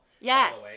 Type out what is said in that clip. Yes